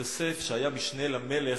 יוסף, שהיה משנה למלך,